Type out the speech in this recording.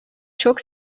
çok